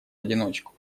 одиночку